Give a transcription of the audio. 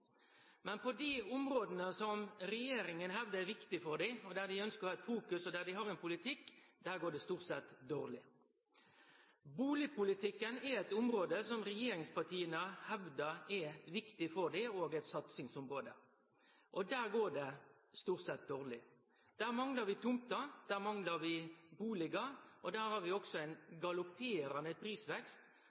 Men på dei områda som regjeringa hevdar er viktige for dei, der dei ønskjer å ha eit fokus, og der dei har ein politikk, går det stort sett dårleg. Bustadpolitikken er eit område som regjeringspartia hevdar er viktig for dei – eit satsingsområde. Der går det stort sett dårleg. Der manglar vi tomter, der manglar vi bustader. Der er det òg ein galopperande prisvekst,